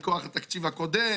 מכוח התקציב הקודם,